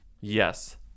Yes